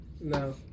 No